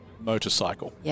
motorcycle